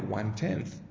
one-tenth